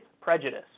prejudice